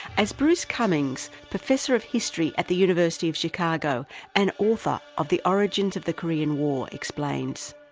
as bruce cumings, professor of history at the university of chicago and author of the origins of the korean war, explains.